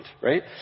right